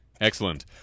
Excellent